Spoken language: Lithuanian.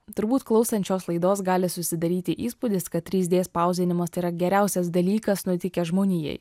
turbūt klausant šios laidos gali susidaryti įspūdis kad trys d spausdinimas tai yra geriausias dalykas nutikęs žmonijai